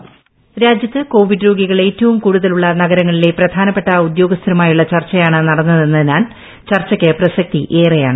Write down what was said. voice രാജ്യത്ത് Covid രോഗികൾ ഏറ്റവും കൂടുതലുള്ള നഗരങ്ങളിലെ പ്രധാനപ്പെട്ട ഉദ്യോഗസ്ഥരുമായുള്ള ചർച്ചയാണ് നടന്നതെന്നതിനാൽ ചർച്ചയ്ക്ക് പ്രസക്തിയേറെയാണ്